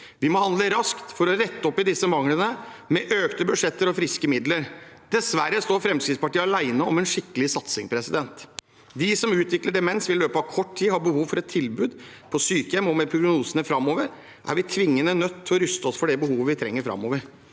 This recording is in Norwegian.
Vi må handle raskt for å rette opp i disse manglene, med økte budsjetter og friske midler. Dessverre står Fremskrittspartiet alene om en skikkelig satsing. De som utvikler demens, vil i løpet av kort tid ha behov for et tilbud på sykehjem, og med prognosene framover er vi tvingende nødt til å ruste oss for det behovet vi trenger å dekke.